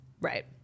Right